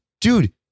dude